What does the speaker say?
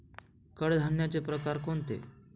कडधान्याचे प्रकार कोणते?